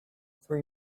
three